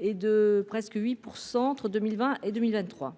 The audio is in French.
et de presque 8 % entre 2020 et 2023.